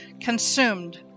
consumed